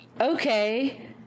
okay